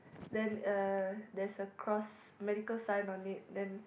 then uh there's a cross medical sign on it then